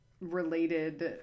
related